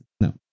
No